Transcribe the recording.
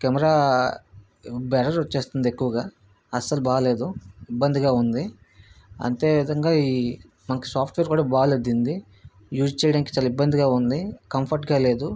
camera blur వస్తుంది ఎక్కువగా అసలు బాలేదు ఇబ్బందిగా ఉంది అదే విధంగా ఈ మనకి సాఫ్ట్వేర్ కూడా బాలేదు దీనిది యూజ్ చేయడానికి చాలా ఇబ్బందిగా ఉంది కంఫర్టుగా లేదు